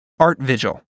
Artvigil